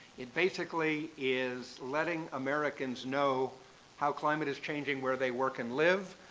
it basically is letting americans know how climate is changing where they work and live,